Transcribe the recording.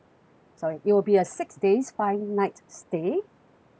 sorry it will be a six days five nights stay